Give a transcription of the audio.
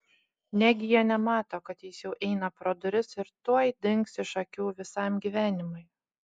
negi jie nemato kad jis jau eina pro duris ir tuoj dings iš akių visam gyvenimui